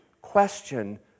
question